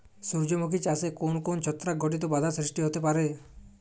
সূর্যমুখী চাষে কোন কোন ছত্রাক ঘটিত বাধা সৃষ্টি হতে পারে?